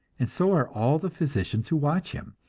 and so are all the physicians who watch him.